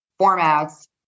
formats